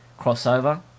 crossover